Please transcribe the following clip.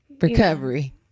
Recovery